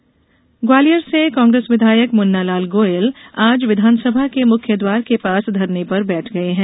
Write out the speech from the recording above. विधायक धरना ग्वालियर से कांग्रेस विधायक मुन्नालाल गोयल आज विधानसभा के मुख्य द्वार के पास धरने पर बैठ गये हैं